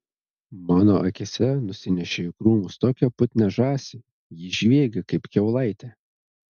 mano akyse nusinešė į krūmus tokią putnią žąsį ji žviegė kaip kiaulaitė